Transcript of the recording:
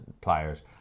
pliers